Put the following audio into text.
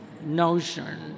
notion